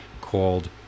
called